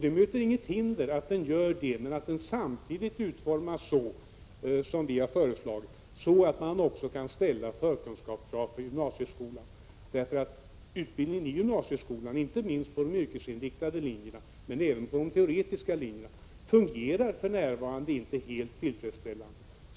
Det möter inget hinder att den gör det och samtidigt utformas så som vi har föreslagit, så att man också kan ställa förkunskapskrav för gymnasieskolan. Utbildningen i gymnasieskolan, inte minst på de yrkesinriktade linjerna men även på de teoretiska linjerna, fungerar ju för närvarande inte helt tillfredsställande.